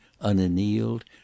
unannealed